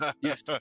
Yes